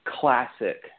classic